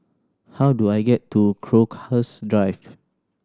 how do I get to Crowhurst Drive